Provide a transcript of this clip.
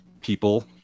people